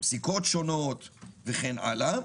פסיקות שונות וכן הלאה.